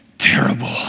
terrible